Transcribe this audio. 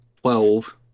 Twelve